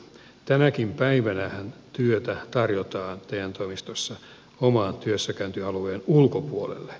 tänäkin päivänähän työtä tarjotaan te toimistoissa oman työssäkäyntialueen ulkopuolelta